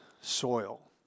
soil